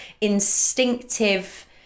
instinctive-